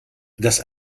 das